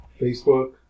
Facebook